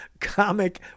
comic